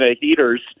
heaters